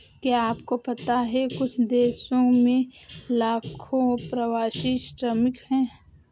क्या आपको पता है कुछ देशों में लाखों प्रवासी श्रमिक हैं?